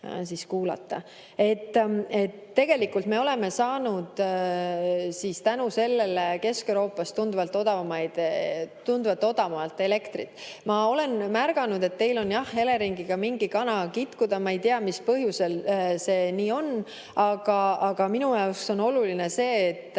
ja kuulata. Aga tegelikult me oleme saanud tänu sellele Kesk-Euroopast tunduvalt odavamalt elektrit. Ma olen märganud, et teil on jah Eleringiga mingi kana kitkuda. Ma ei tea, mis põhjusel see nii on. Aga minu jaoks on oluline see, et